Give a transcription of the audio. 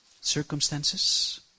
circumstances